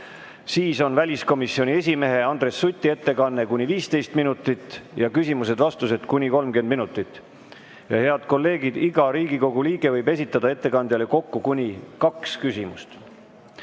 Siis on väliskomisjoni esimehe Andres Suti ettekanne kuni 15 minutit ja küsimused-vastused kuni 30 minutit. Head kolleegid, iga Riigikogu liige võib esitada ettekandjale kokku kuni kaks küsimust.